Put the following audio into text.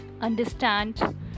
understand